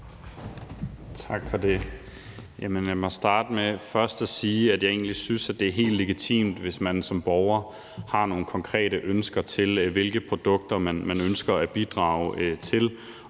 Tak for det. Lad mig starte med først at sige, at jeg egentlig synes, at det er helt legitimt, hvis man som borger har nogle konkrete ønsker til, hvilke produkter man ønsker at bidrage til, og